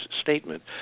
statement